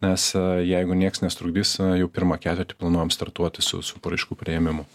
nes jeigu nieks nesutrukdys jau pirmą ketvirtį planuojam startuoti su su paraiškų priėmimu